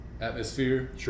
atmosphere